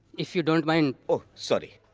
if you don't mind. oh, sorry.